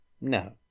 No